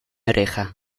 oreja